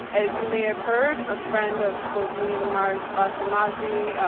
as you may have heard, a friend of both me and umar's, bassem masri,